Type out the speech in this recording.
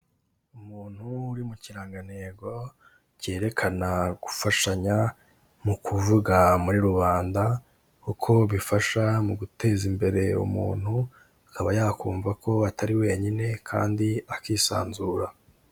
Umuntu uri mu kirangantego cyerekana gufashanya, mu kuvuga muri rubanda, kuko bifasha mu guteza imbere umuntu, akaba yakumva ko atari wenyine kandi akisanzura.